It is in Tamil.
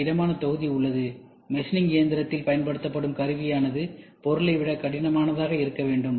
ஒரு திடமான தொகுதி உள்ளது மெஷினிங் இயந்திரத்தில் பயன்படுத்தப்படும் கருவியானது பொருளைவிட கடினமானதாக இருக்க வேண்டும்